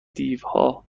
دیوها